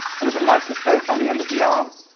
and there's a microscope on the end of the arm.